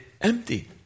empty